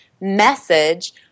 message